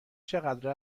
چقدر